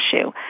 issue